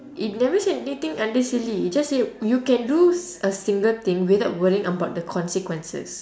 it never say anything under silly it just say you can do s~ a single thing without worrying about the consequences